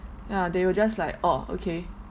ya they will just like orh okay